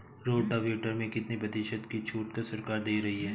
Rotavator में कितनी प्रतिशत का छूट सरकार दे रही है?